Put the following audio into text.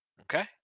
Okay